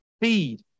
feed